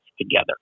together